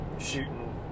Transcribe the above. shooting